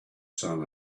sun